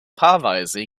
paarweise